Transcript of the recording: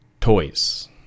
toys